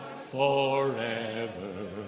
forever